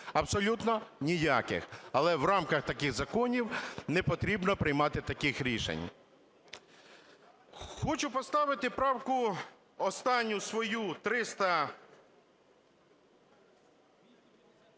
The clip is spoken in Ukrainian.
Абсолютно ніяких. Але в рамках таких законів не потрібно приймати таких рішень. Хочу поставити правку останню свою 314